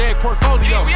portfolio